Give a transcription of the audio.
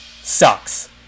sucks